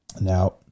Now